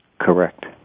Correct